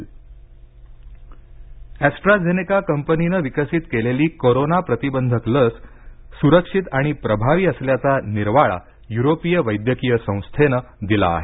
AstraZeneca AstraZeneca कंपनीनं विकसीत केलेली कोरोना प्रतिबंधक लस सुरक्षित आणि प्रभावी असल्याचा निर्वाळा युरोपीय वैद्यकीय संस्थेनं दिला आहे